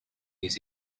his